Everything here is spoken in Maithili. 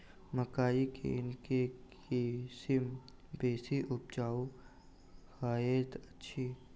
मकई केँ के किसिम बेसी उपजाउ हएत अछि?